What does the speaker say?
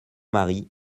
mari